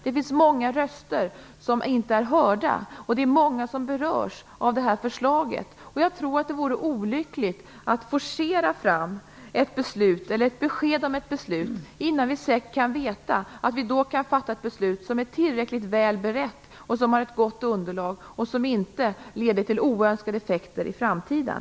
Det finns många röster som inte är hörda, och det är många som berörs av förslaget. Jag tror att det vore olyckligt att forcera fram ett beslut, eller ett besked om ett beslut, innan vi säkert kan veta att vi kan fatta ett beslut som är tillräckligt väl berett, som har ett gott underlag och som inte leder till oönskade effekter i framtiden.